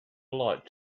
light